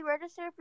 register